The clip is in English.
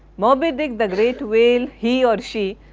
moby-dick, the great whale, he or she,